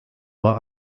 war